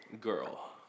Girl